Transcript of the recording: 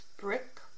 Brick